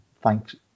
thanks